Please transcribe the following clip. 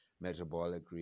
metabolic